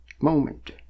moment